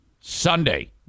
Sunday